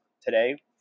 today